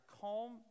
calm